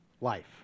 life